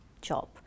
job